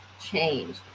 change